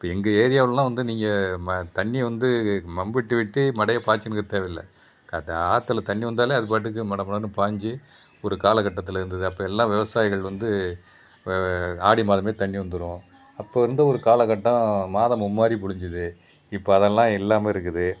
இப்போ எங்கள் ஏரியாவிலலாம் வந்து நீங்கள் ம தண்ணியை வந்து மம்புட்டி வெட்டி மடையை பாய்ச்சணுங்கிற தேவயில்லை க ஆத்தில் தண்ணி வந்தாலே அது பாட்டுக்கு மட மடன்னு பாஞ்சி ஒரு காலக்கட்டத்தில் இருந்தது அப்போ எல்லாம் விவசாயிகள் வந்து ஆடி மாதமே தண்ணி வந்துடும் அப்போது இருந்த ஒரு காலக்கட்டம் மாதம் மும்மாரி பொழிஞ்சிது இப்போ அதெல்லாம் இல்லாமல் இருக்குது